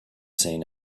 seen